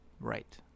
Right